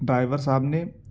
driver صاحب نے